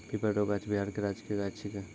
पीपर रो गाछ बिहार के राजकीय गाछ छिकै